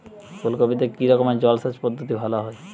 ফুলকপিতে কি রকমের জলসেচ পদ্ধতি ভালো হয়?